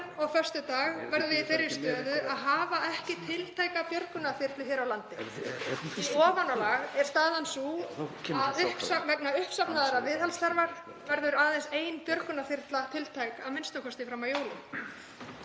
og á föstudag verðum við í þeirri stöðu að hafa ekki tiltæka björgunarþyrlu hér á landi. Í ofanálag er staðan sú að vegna uppsafnaðrar viðhaldsþarfar verður aðeins ein björgunarþyrla tiltæk, a.m.k. fram að jólum.